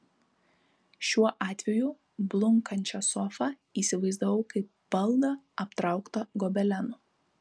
šiuo atveju blunkančią sofą įsivaizdavau kaip baldą aptrauktą gobelenu